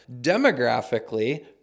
Demographically